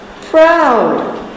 Proud